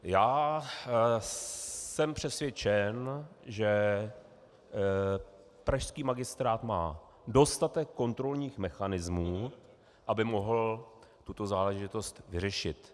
Já jsem přesvědčen, že pražský magistrát má dostatek kontrolních mechanismů, aby mohl tuto záležitost vyřešit.